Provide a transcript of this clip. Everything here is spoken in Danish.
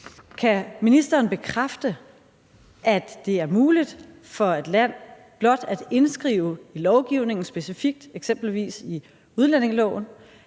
Kan ministeren bekræfte, at det er muligt for et land blot at indskrive i lovgivningen specifikt, eksempelvis i udlændingeloven,